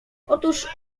otóż